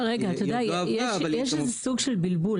יש בלבול.